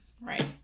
right